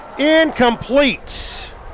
Incomplete